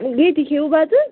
ییٚتی کھیوٕ بتہٕ